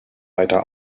weiter